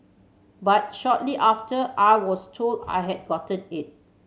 but shortly after I was told I had gotten it